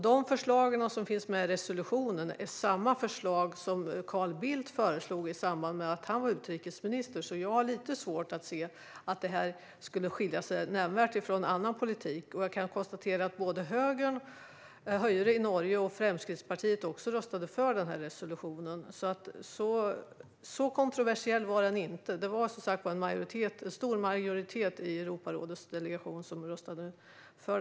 De förslag som finns med i resolutionen är desamma som Carl Bildt föreslog i samband med att han var utrikesminister, så jag har lite svårt att se att detta skulle skilja sig nämnvärt från annan politik. Jag kan konstatera att både norska Høyre och Fremskrittspartiet röstade för resolutionen. Så kontroversiell var den alltså inte, utan det var som sagt en stor majoritet i Europarådets delegation som röstade för.